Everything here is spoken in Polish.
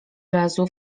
razu